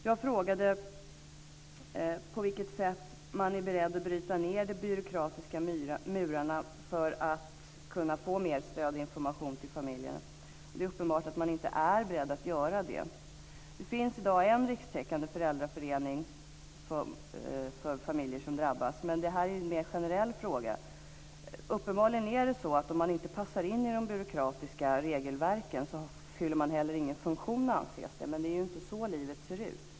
Jag frågade på vilket sätt man är beredd att bryta ned de byråkratiska murarna för att kunna få mer stöd och information till familjerna. Det är uppenbart att man inte är beredd att göra det. Det finns i dag en rikstäckande föräldraförening för familjer som drabbats, men det här är en mer generell fråga. Uppenbarligen anses det som inte passar in i de byråkratiska regelverken inte heller fylla någon funktion, men så ser livet inte ut.